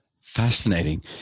Fascinating